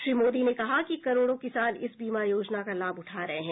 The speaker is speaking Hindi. श्री मोदी ने कहा कि करोडों किसान इस बीमा योजना का लाभ उठा रहे हैं